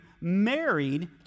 married